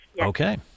Okay